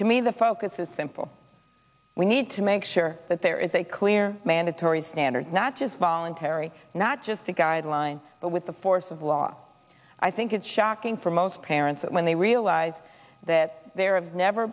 the focus is simple we need to make sure that there is a clear mandatory standards not just voluntary not just a guideline but with the force of law i think it's shocking for most parents that when they realize that they're of never